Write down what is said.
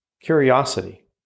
curiosity